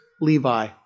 Levi